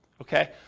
Okay